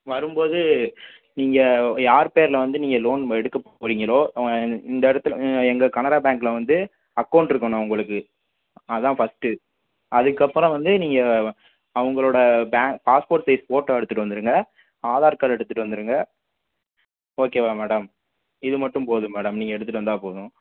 வரும்போது நீங்கள் யார் பேரில் வந்து நீங்கள் லோன் எடுக்க போறீங்களோ இந்த இடத்துல எங்கள் கனரா பேங்கில் வந்து அக்கௌண்ட் இருக்கணும் உங்களுக்கு அதான் ஃபர்ஸ்ட் அதுக்கப்புறம் வந்து நீங்கள் அவங்களோட பேங்க் பாஸ்போர்ட் சைஸ் ஃபோட்டோ எடுத்துகிட்டு வந்துருங்க ஆதார் கார்ட் எடுத்துகிட்டு வந்துருங்க ஓகேவா மேடம் இது மட்டும் போதும் மேடம் நீங்கள் எடுத்துகிட்டு வந்தால் போதும்